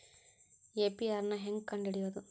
APR ನ ಹೆಂಗ್ ಕಂಡ್ ಹಿಡಿಯೋದು?